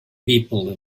people